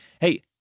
Hey